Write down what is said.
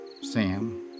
Sam